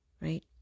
right